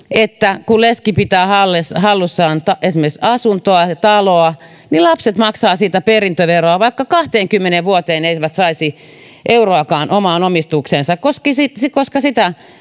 leski pitää hallussaan esimerkiksi asuntoa taloa ja lapset maksavat siitä perintöveroa vaikka kahteenkymmeneen vuoteen eivät saisi euroakaan omaan omistukseensa koska